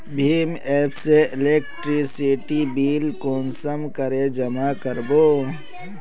भीम app से electricity bill कुंसम करे जमा कर बो?